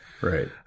Right